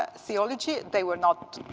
ah theology, they were not,